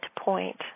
point